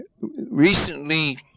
Recently